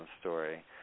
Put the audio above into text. story